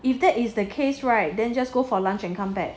if that is the case right then just go for lunch and come back